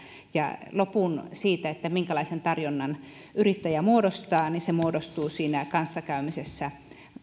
ja loput siitä minkälaisen tarjonnan yrittäjä muodostaa muodostuu siinä kanssakäymisessä